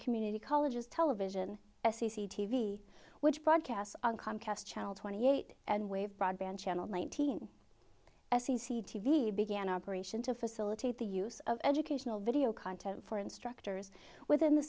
community colleges television c c t v which broadcasts on comcast channel twenty eight and wave broadband channel nineteen as c c t v began operation to facilitate the use of educational video content for instructors within the